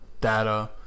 data